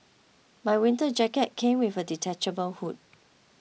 my winter jacket came with a detachable hood